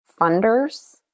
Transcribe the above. funders